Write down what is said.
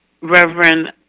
Reverend